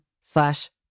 slash